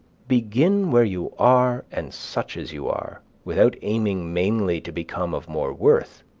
begin where you are and such as you are, without aiming mainly to become of more worth,